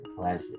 pleasure